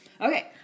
Okay